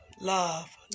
Love